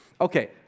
Okay